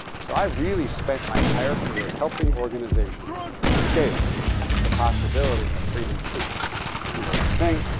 so i've really spent my entire career helping organizations scale the possibility of freedom to do the right thing,